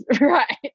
right